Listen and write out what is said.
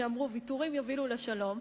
שאמרו: ויתורים יובילו לשלום,